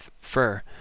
fur